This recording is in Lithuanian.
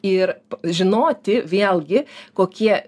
ir žinoti vėlgi kokie